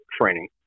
training